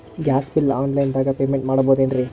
Gas bill online ದಾಗ payment ಮಾಡಬೋದೇನ್ರಿ?